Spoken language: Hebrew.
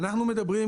אנחנו מדברים,